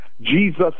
jesus